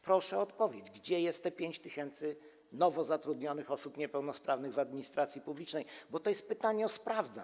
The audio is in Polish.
Proszę o odpowiedź, gdzie jest te 5 tys. nowo zatrudnionych osób niepełnosprawnych w administracji publicznej, bo to jest pytanie typu: sprawdzam.